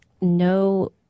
no